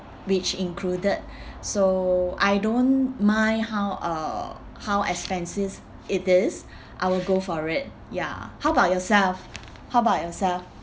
which included so I don't mind how uh how expensive it is I will go for it ya how about yourself how about yourself